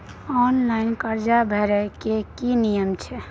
Online कर्जा भरै के की नियम छै?